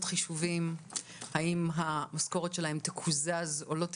חישובים האם המשכורת שלהם תקוזז או לא תקוזז.